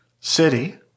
city